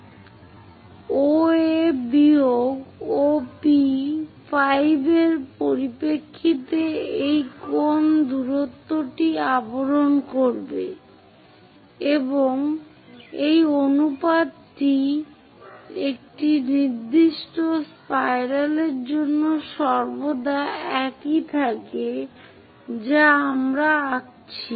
OA বিয়োগ OP 5 এর পরিপ্রেক্ষিতে এই কোণ দূরত্বটি আবরণ করবে এবং এই অনুপাতটি একটি নির্দিষ্ট স্পাইরাল জন্য সর্বদা একই থাকে যা আমরা আঁকছি